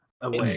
away